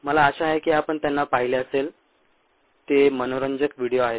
मला आशा आहे की आपण त्यांना पाहिले असेल ते मनोरंजक व्हिडिओ आहेत